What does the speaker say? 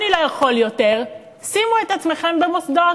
אני לא יכול יותר, שימו את עצמכם במוסדות,